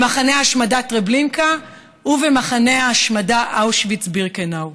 במחנה ההשמדה טרבלינקה ובמחנה ההשמדה אושוויץ-בירקנאו.